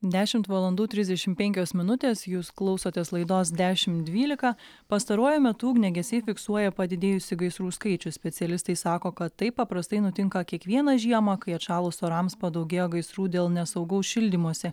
dešimt valandų trisdešim penkios minutės jūs klausotės laidos dešim dvylika pastaruoju metu ugniagesiai fiksuoja padidėjusį gaisrų skaičių specialistai sako kad taip paprastai nutinka kiekvieną žiemą kai atšalus orams padaugėja gaisrų dėl nesaugaus šildymosi